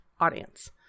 audience